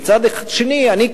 ומצד שני אני,